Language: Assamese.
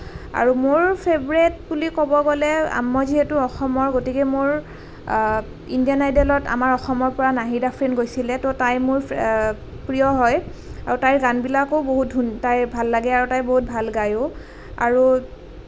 আৰু মোৰ ফেভৰেট বুলি ক'ব গ'লে মই যিহেতু অসমৰ গতিকে মোৰ ইণ্ডিয়ান আইডলত আমাৰ অসমৰ পৰা নাহিদ আফ্ৰিন গৈছিলে তো তাই মোৰ ফে প্ৰিয় হয় আৰু তাইৰ গানবিলাকো বহুত ধু তাইৰ ভাল লাগে আৰু তাই বহুত ভাল গায়ো আৰু